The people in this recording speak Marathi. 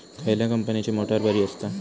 खयल्या कंपनीची मोटार बरी असता?